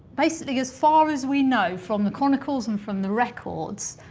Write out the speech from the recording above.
basically, as far as we know, from the chronicles and from the records,